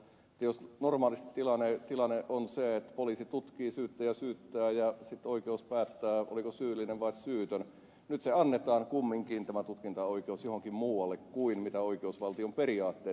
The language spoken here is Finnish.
jos normaalisti tilanne on se että poliisi tutkii syyttäjä syyttää ja sitten oikeus päättää oliko syyllinen vai syytön nyt annetaan tämä tutkintaoikeus kumminkin johonkin muualle kuin mistä oikeusvaltion periaatteet lähtevät